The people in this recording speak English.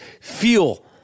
feel